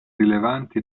rilevanti